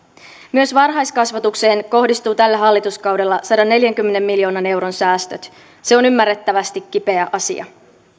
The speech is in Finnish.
myös varhaiskasvatukseen kohdistuvat tällä hallituskaudella sadanneljänkymmenen miljoonan euron säästöt se on ymmärrettävästi kipeä asia